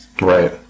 Right